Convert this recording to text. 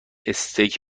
استیک